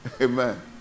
Amen